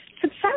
Success